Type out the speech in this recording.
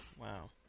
Wow